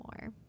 more